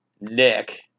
Nick